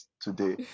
today